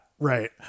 Right